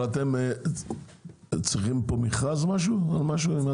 אבל אתם צריכים פה איזה מכרז או משהו?